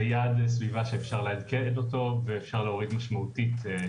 זה יעד סביבה שאפשר לעדכן אותו ואפשר להוריד משמעותית את